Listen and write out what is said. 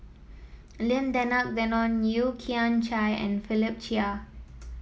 Lim Denan Denon Yeo Kian Chai and Philip Chia